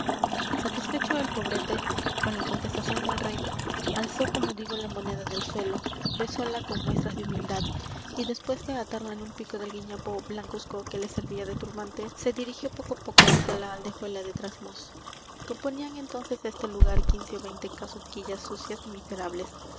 satisfecho el pobrete con la contestación del rey alzó como digo la moneda del suelo besóla con muestras de humildad y después de atarla en un pico del guiñapo blancuzco que le servía de turbante se dirigió poco á poco hacia la aldehuela de trasmoz componían entonces este lugar quince ó veinte casuquillas sucias y miserables